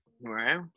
Right